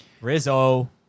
Rizzo